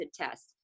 test